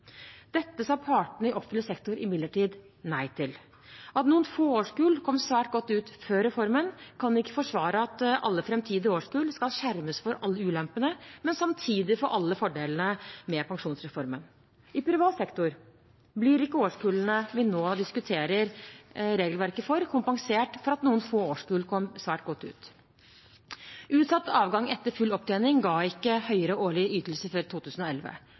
Dette sa partene i offentlig sektor imidlertid nei til. At noen få årskull kom svært godt ut før reformen, kan ikke forsvare at alle framtidige årskull skal skjermes for alle ulempene, men samtidig få alle fordelene med pensjonsreformen. I privat sektor blir ikke årskullene vi nå diskuterer regelverket for, kompensert for at noen få årskull kom svært godt ut. Utsatt avgang etter full opptjening ga ikke høyere årlig ytelse før 2011.